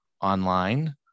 online